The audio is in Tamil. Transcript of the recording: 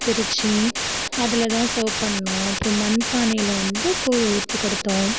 பிரித்து அதில் தான் சர்வ் பண்ணிணோம் அப்புறம் மண் பானையில் வந்து கூழ் ஊற்றி கொடுத்தோம்